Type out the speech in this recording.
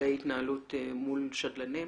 לגבי התנהלות מול שדלנים.